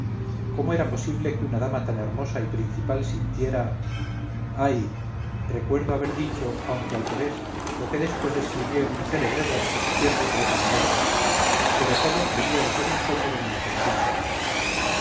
cómo era posible que una dama tan hermosa y principal sintiera ay recuerdo haber dicho aunque al revés lo que después escribió en un célebre verso cierto poeta moderno pero todo debía de ser un sueño de mi infantil soberbia